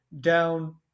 down